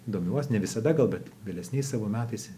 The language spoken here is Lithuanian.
domiuosi ne visada gal bet vėlesniais savo metais